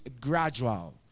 gradual